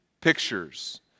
pictures